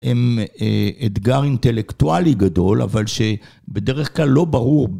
הם אתגר אינטלקטואלי גדול, אבל שבדרך כלל לא ברור.